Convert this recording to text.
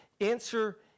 answer